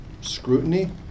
scrutiny